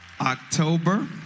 October